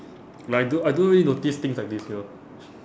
like I don~ I don't really notice things like this you know